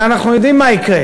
הרי אנחנו יודעים מה יקרה,